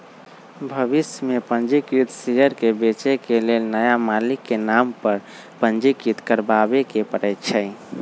भविष में पंजीकृत शेयर के बेचे के लेल नया मालिक के नाम पर पंजीकृत करबाबेके परै छै